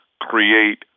create